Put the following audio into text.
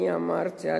אמרתי,